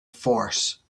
force